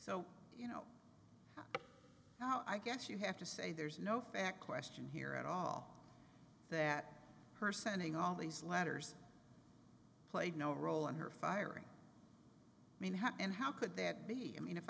so you know i guess you have to say there's no fact question here at all that her sending all these letters played no role in her firing and how could that be i mean if